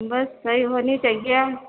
بس صحیح ہونی چاہیے